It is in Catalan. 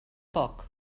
poc